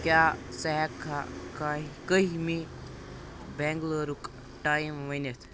کیاہ ژٕ ہیٚککھا کہۍ کٔہمہِ بنگلورُک ٹایم ؤنِتھ ؟